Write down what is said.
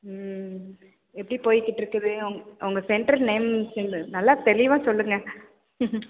ம் எப்படி போயிக்கிட்ருக்குது உங் உங்கள் சென்டர் நேம் சொல்லு நல்லா தெளிவாக சொல்லுங்க